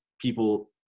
people